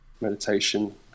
meditation